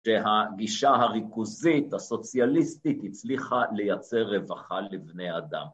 ‫ש הגישה הריכוזית הסוציאליסטית ‫הצליחה לייצר רווחה לבני אדם.